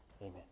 Amen